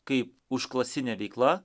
kai užklasinė veikla